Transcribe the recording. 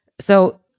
So-